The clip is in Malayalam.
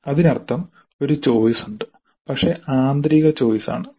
അതിനർത്ഥം ഒരു ചോയ്സ് ഉണ്ട് പക്ഷേ ആന്തരിക ചോയ്സ് ആണ്